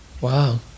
Wow